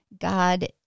God